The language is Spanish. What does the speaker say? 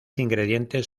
ingredientes